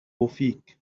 فيك